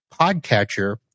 podcatcher